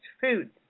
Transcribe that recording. foods